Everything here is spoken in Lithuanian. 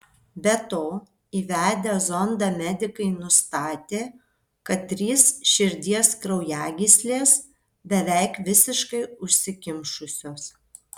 be to įvedę zondą medikai nustatė kad trys širdies kraujagyslės beveik visiškai užsikimšusios